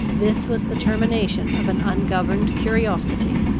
this was the termination of an ungoverned curiosity,